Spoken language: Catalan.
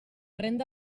renda